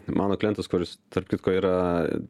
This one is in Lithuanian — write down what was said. mano klientas kuris tarp kitko yra